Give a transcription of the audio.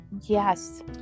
Yes